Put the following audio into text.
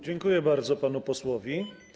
Dziękuję bardzo panu posłowi.